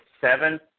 seven